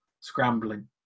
scrambling